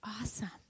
awesome